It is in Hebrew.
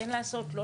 ואילו לא.